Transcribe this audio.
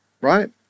right